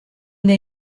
they